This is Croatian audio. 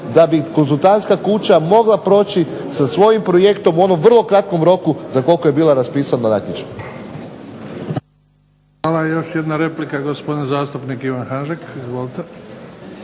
da bi konzultantska kuća mogla proći sa svojim projektom u onom vrlo kratkom roku za koliko je bila raspisana natječaj. **Bebić, Luka (HDZ)** Hvala. Još jedna replika, gospodin zastupnik Ivan Hanžek. Izvolite.